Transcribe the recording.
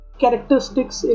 characteristics